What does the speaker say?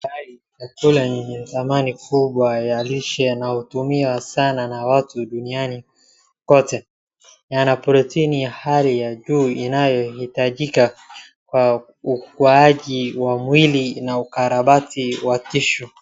Mayai ni chakula yenye dhamani kubwa ya lishe na hutumiwa sana na watu duniani kote. Yana protini ya hali ya juu inayohitajika kwa ukuajii wa mwili na ukarabati wa tissue .